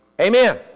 Amen